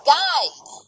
guide